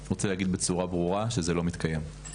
אני רוצה להגיד בצורה ברורה שזה לא מתקיים.